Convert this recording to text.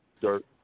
dirt